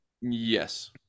yes